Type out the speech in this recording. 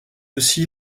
aussi